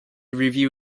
review